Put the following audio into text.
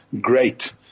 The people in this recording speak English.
great